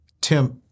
Tim